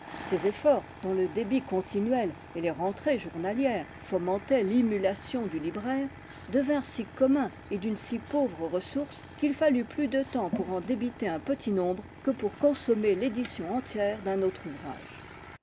ces efforts dont le débit continuel et les rentrées journalières fomentaient l'émulation du libraire devinrent si communs et d'une si pauvre ressource qu'il fallut plus de temps pour en débiter un petit nombre que pour consommer l'édition entière d'un autre ouvrage